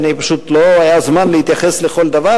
פשוט לא היה זמן להתייחס לכל דבר,